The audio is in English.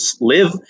live